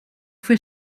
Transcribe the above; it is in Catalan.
fer